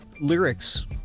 lyrics